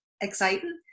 exciting